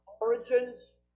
origins